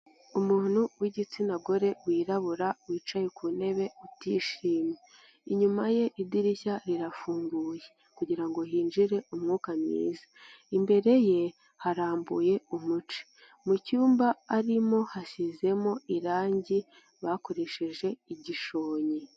Umuntu w'igitsina gore wirabura, wicaye ku ntebe utishimye. Inyuma ye idirishya rirafunguye kugira ngo hinjire umwuka mwiza, imbere ye harambuye umuce, mu cyumba arimo hasizemo irangi bakoresheje igishonye.